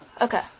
okay